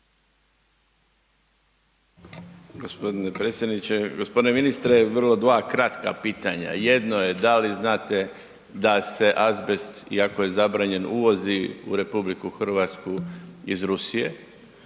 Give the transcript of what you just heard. g. Predsjedniče, g. ministre, vrlo dva kratka pitanja, jedno je da li znate da se azbest iako je zabranjen uvozi u RH iz Rusije